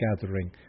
gathering